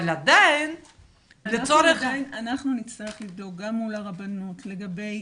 אבל עדיין --- אנחנו נצטרך לבדוק גם מול הרבנות לגבי